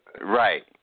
Right